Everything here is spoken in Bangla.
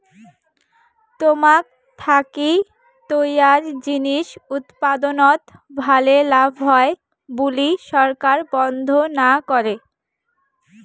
তামাক থাকি তৈয়ার জিনিস উৎপাদনত ভালে লাভ হয় বুলি সরকার বন্ধ না করে